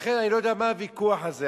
לכן, אני לא יודע מה הוויכוח הזה.